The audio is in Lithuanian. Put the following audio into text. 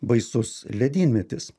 baisus ledynmetis